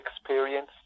experience